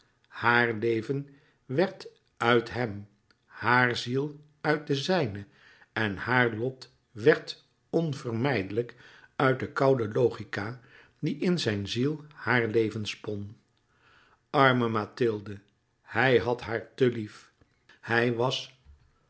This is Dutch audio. haar leven werd uit hèm haar ziel uit de zijne en haar lot werd onvermijdelijk uit de koude logica die in zijn ziel haar leven spon arme mathilde hij had haar te lief hij was